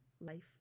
life